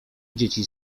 dzieci